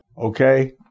Okay